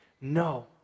No